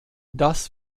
das